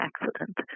accident